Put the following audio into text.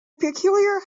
peculiar